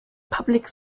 public